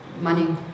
money